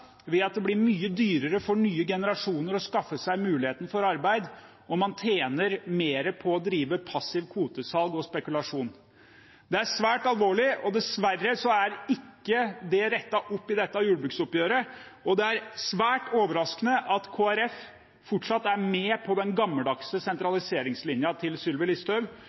ved at det blir mye dyrere for nye generasjoner å skaffe seg muligheter for arbeid og man tjener mer på å drive passivt kvotesalg og spekulasjon. Det er svært alvorlig, og dessverre er det ikke rettet opp i dette jordbruksoppgjøret. Det er svært overraskende at Kristelig Folkeparti fortsatt er med på den gammeldagse sentraliseringslinjen til Sylvi Listhaug,